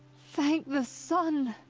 thank the sun!